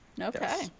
Okay